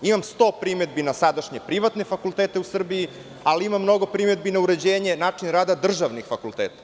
Imamo sto primedbi na sadašnje privatne fakultete u Srbiji, ali imam mnogo primedbi na uređenje, način rada državnih fakulteta.